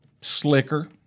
slicker